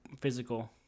physical